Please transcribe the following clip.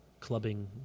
clubbing